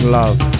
love